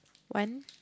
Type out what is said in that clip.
one